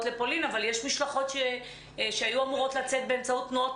לפולין אבל יש משלחות שהיו אמורות לצאת באמצעות תנועות